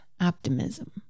optimism